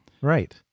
Right